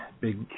Big